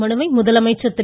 மனுவை முதலமைச்சர் திரு